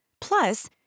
Plus